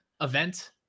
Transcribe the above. event